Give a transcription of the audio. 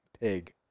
pig